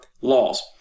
laws